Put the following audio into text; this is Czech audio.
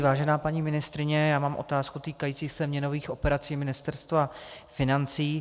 Vážená paní ministryně, já mám otázku týkající se měnových operací Ministerstva financí.